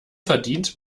verdient